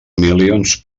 milions